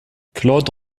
claude